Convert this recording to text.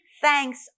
thanks